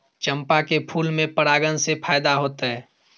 चंपा के फूल में परागण से फायदा होतय?